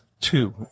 two